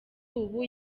ubu